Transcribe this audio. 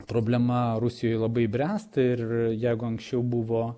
problema rusijoj labai bręsta ir jeigu anksčiau buvo